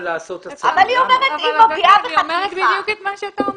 אני אומרת בדיוק את מה שאתה אומר.